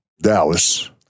Dallas